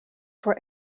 for